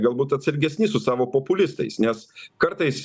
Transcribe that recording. galbūt atsargesni su savo populistais nes kartais